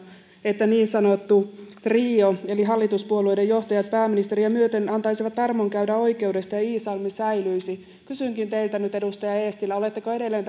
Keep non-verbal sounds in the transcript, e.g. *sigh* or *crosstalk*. että niin sanottu trio eli hallituspuolueiden johtajat pääministeriä myöten antaisivat armon käydä oikeudesta ja iisalmi säilyisi kysynkin teiltä nyt edustaja eestilä oletteko edelleen *unintelligible*